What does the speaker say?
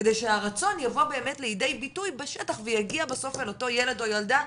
כדי שהרצון יבוא לידי ביטוי בשטח ויגיע בסוף אל אותו ילד או ילדה,